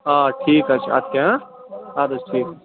آ ٹھیٖک حظ چھُ اَدٕ کیٚاہ اَدٕ حظ ٹھیٖک حظ